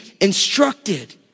instructed